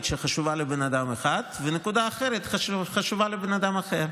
שחשובה לבן אדם אחד ונקודה אחרת שחשובה לבן אדם אחר.